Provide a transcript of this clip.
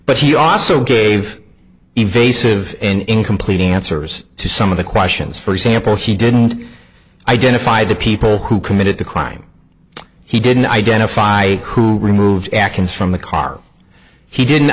but he also gave invasive in completing answers to some of the questions for example he didn't identify the people who committed the crime he didn't identify who removed actions from the car he didn't